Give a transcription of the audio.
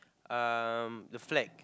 um the flag